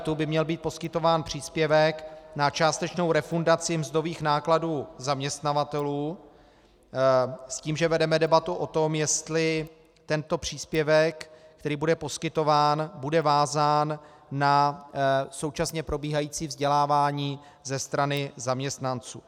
V rámci kurzarbeitu by měl být poskytován příspěvek na částečnou refundaci mzdových nákladů zaměstnavatelů s tím, že vedeme debatu o tom, jestli tento příspěvek, který bude poskytován, bude vázán na současně probíhající vzdělávání ze strany zaměstnanců.